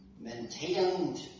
Maintained